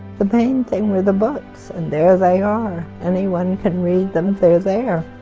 the main thing were the books and there they are anyone can read them they're there